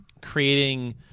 creating